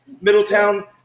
Middletown –